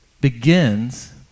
begins